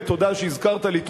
ותודה שהזכרת לי תחום,